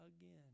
again